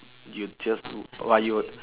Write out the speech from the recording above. you just [wah] you would